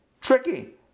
tricky